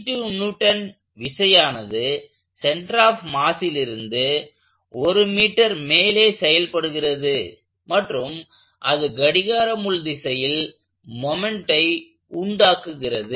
32N விசையானது centre of மாஸிலிருந்து 1m மேலே செயல்படுகிறது மற்றும் அது கடிகார முள் திசையில் மொமெண்ட்டை உண்டாக்குகிறது